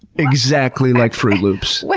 exactly like froot loops.